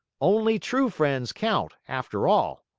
only true friends count, after all.